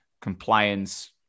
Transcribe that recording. compliance